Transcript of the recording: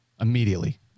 Immediately